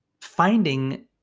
finding